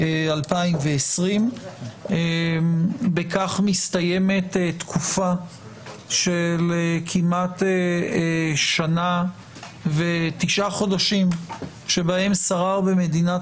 2020. בכך מסתיימת תקופה של כמעט שנה ותשעה חודשים שבהם שרר במדינת